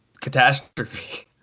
catastrophe